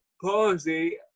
palsy